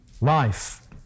life